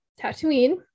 Tatooine